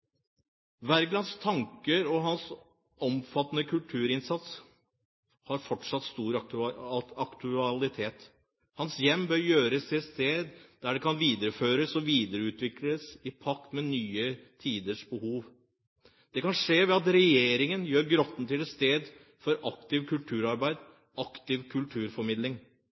tanker og hans omfattende kulturinnsats har fortsatt stor aktualitet. Hans hjem bør gjøres til et sted der det kan videreføres og videreutvikles i pakt med nye tiders behov. Det kan skje ved at regjeringen gjør Grotten til et sted for aktivt kulturarbeid og aktiv kulturformidling.